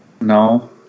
No